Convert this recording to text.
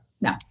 no